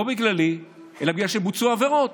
לא בגללי אלא בגלל שבוצעו העבירות,